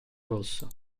rosso